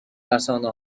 رسانه